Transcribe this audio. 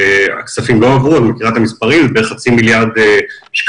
הכספים לא עברו אבל מבחינת המספרים מדובר בחצי מיליארד שקלים